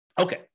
Okay